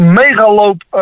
megaloop